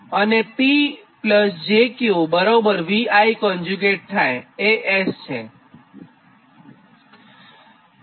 અને P j Q VI એ S છે